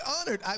honored